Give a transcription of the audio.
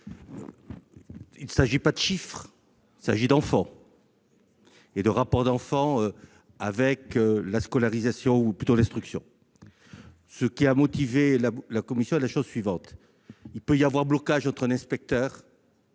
Il ne s'agit pas de chiffres ; il s'agit d'enfants et de leur rapport à la scolarisation ou, plutôt, à l'instruction. Ce qui a motivé la commission est la chose suivante : il peut y avoir un blocage entre l'inspecteur